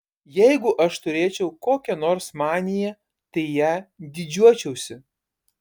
jeigu aš turėčiau kokią nors maniją tai ja didžiuočiausi